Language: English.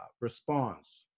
response